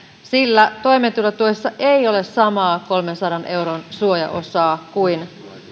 sillä toimeentulotuessa ei ole samaa kolmensadan euron suojaosaa kuin